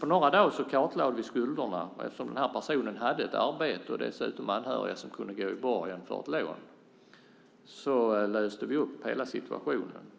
På några dagar kartlade vi skulderna, och eftersom den här personen hade arbete och dessutom anhöriga som var beredda att gå i borgen för ett lån löste vi upp hela situationen.